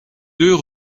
deux